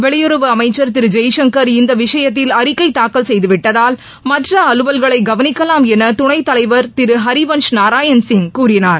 வெளியுறவு அமைச்சர் திரு ஜெய்சங்கர் இந்த விஷயத்தில் அறிக்கை தாக்கல் செய்து விட்டதால் மற்ற அலுவல்களை கவனிக்கலாம் என துணைத் தலைவர் திரு திரு ஹரிவன்ஷ் நாராயண் சிங் கூறினார்